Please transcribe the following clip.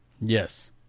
Yes